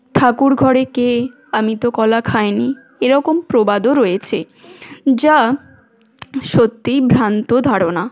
ঠাকুর ঘরে কে আমি তো কলা খাইনি এরকম প্রবাদও রয়েছে যা সত্যিই ভ্রান্ত ধারণা